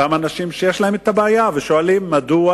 אותם אנשים שיש להם בעיה והם שואלים מדוע